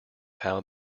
how